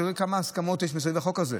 תראו כמה הסכמות יש סביב החוק הזה.